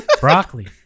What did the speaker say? Broccoli